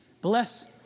bless